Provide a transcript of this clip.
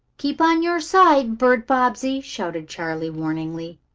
keep on your side, bert bobbsey! shouted charley warningly.